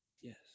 Yes